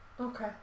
Okay